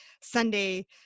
Sunday